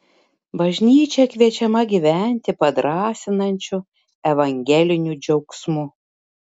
bažnyčia kviečiama gyventi padrąsinančiu evangeliniu džiaugsmu